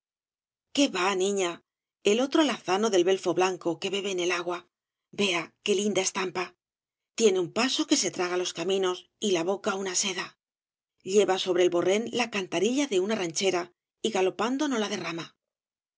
qué va niña el otro alazano del belfo blanco que bebe en el agua vea qué linda estampa tiene un paso que se traga los caminos y la boca una seda lleva sobre el borrén la cantarilla de una ranchera y galopando no la derrama dónde